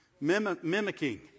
mimicking